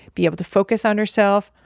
be able to focus on herself.